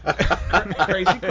crazy